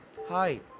Hi